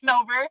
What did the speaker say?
over